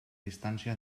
distància